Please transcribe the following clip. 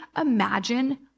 imagine